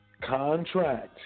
Contract